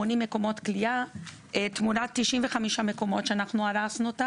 מקומות כליאה תמורת 95 מקומות שהרסנו.